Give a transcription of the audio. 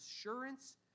assurance